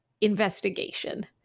investigation